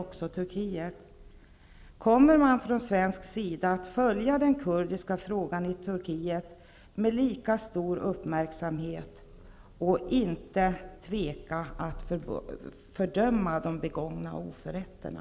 Kommer man att med samma stora uppmärksamhet från svensk sida följa den kurdiska frågan i Turkiet och inte tveka att fördöma de begångna oförätterna?